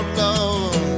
love